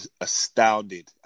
astounded